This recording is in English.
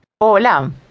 Hola